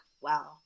wow